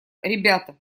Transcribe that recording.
ребята